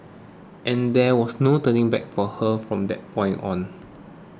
and there was no turning back for her from that point on